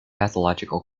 pathological